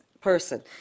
person